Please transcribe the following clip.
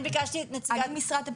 אני ביקשתי את משרד,